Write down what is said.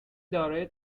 دارای